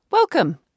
Welcome